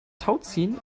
tauziehen